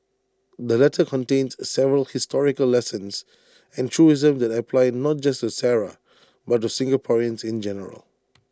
the letter contains several historical lessons and truisms that apply not just to Sara but to Singaporeans in general